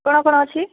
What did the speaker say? କ'ଣ କ'ଣ ଅଛି